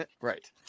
Right